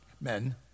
men